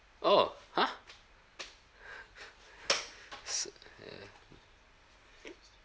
oh !huh!